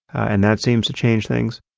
and that seems to change things.